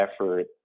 effort